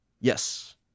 Yes